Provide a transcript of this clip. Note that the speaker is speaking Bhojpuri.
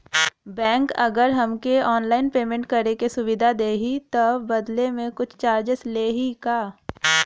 बैंक अगर हमके ऑनलाइन पेयमेंट करे के सुविधा देही त बदले में कुछ चार्जेस लेही का?